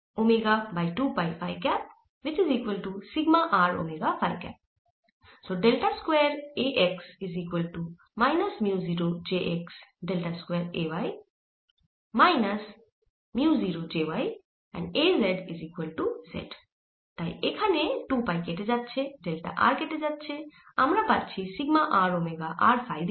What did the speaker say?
তাই এখানে 2 পাই কেটে যাচ্ছে ডেল্টা r কেটে যাচ্ছে আমরা পাচ্ছি sigma r omega r phi দিকে